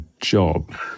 job